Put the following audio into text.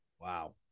Wow